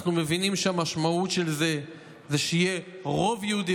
מבינים שהמשמעות של זה היא שיהיה רוב יהודי